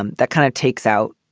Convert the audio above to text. um that kind of takes out.